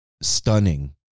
stunning